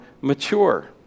mature